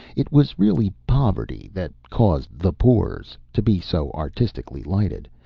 it was really poverty that caused the pores to be so artistically lighted,